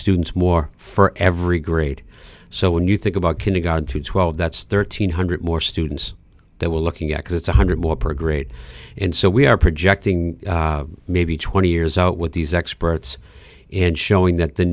students more for every grade so when you think about kindergarten through twelve that's thirteen hundred more students that we're looking at that's one hundred more per grade and so we are projecting maybe twenty years out with these experts in showing that the